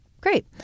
Great